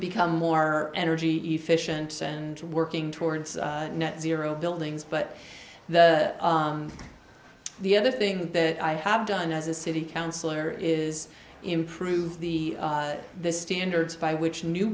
become more energy efficient and working towards a net zero buildings but the the other thing that i have done as a city councilor is improve the the standards by which new